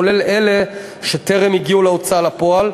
כולל אלה שטרם הגיעו להוצאה לפועל,